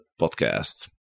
podcast